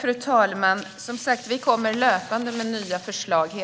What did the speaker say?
Fru talman! Vi lägger löpande fram nya förslag -